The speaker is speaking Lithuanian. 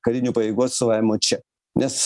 karinių pajėgų atstovavimo čia nes